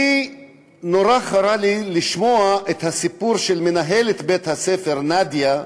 נורא חרה לי לשמוע את הסיפור של מנהלת בית-הספר נאדיה,